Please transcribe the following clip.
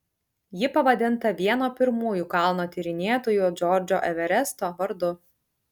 ji pavadinta vieno pirmųjų kalno tyrinėtojų džordžo everesto vardu